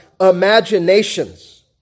imaginations